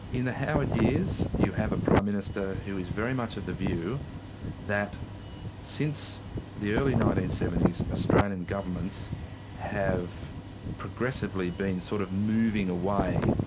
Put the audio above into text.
in the howard years, you have a prime minister who is very much of the view that since the early nineteen seventy s, australian governments have progressively been sort of moving away,